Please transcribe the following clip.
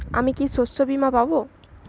আমি কি শষ্যবীমা পাব?